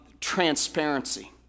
transparency